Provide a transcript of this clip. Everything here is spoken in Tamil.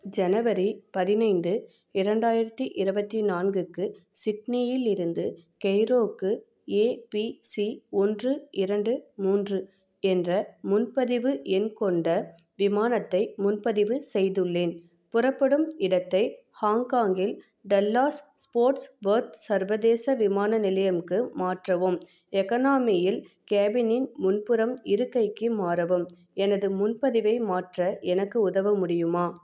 ஜனவரி பதினைந்து இரண்டாயிரத்தி இருபத்தி நான்குக்கு சிட்னியில் இருந்து கெய்ரோவுக்கு ஏ பி சி ஒன்று இரண்டு மூன்று என்ற முன்பதிவு எண் கொண்ட விமானத்தை முன்பதிவு செய்துள்ளேன் புறப்படும் இடத்தை ஹாங்காங்கில் டல்லாஸ் ஸ்போர்ட்ஸ் வொர்த் சர்வதேச விமான நிலையமுக்கு மாற்றவும் எக்கனாமி யில் கேபினின் முன்புறம் இருக்கைக்கு மாறவும் எனது முன்பதிவை மாற்ற எனக்கு உதவ முடியுமா